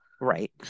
Right